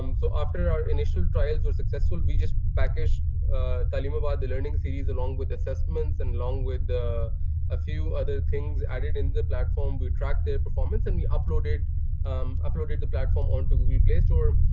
um so after our initial trials were successful, we just packaged taleemabad, the learning series, along with assessments and along with a few other things added into the platform. we tracked their performance and we uploaded um uploaded the platform onto google play store.